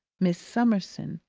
miss summerson,